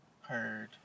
heard